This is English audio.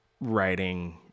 writing